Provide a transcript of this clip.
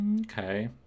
Okay